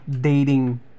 dating